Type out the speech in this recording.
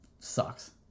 sucks